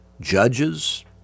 Judges